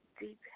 deep